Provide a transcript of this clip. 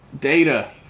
Data